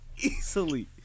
easily